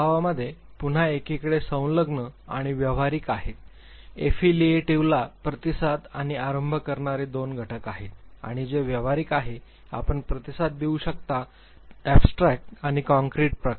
स्वभावामध्ये पुन्हा एकीकडे संलग्न आणि व्यवहारिक आहेत एफिलिएटिव्हला प्रतिसाद आणि आरंभ करणारे दोन घटक आहेत आणि जे व्यावहारिक आहे आपण प्रतिसाद देऊ शकता आणि अॅबस्ट्रॅक्ट आणि काँक्रीट प्रकार